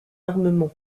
armement